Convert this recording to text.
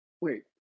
wait